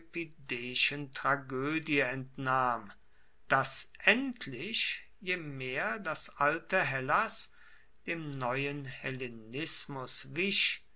tragoedie entnahm dass endlich je mehr das alte hellas dem neuen hellenismus wich